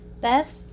Beth